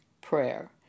prayer